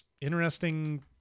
interesting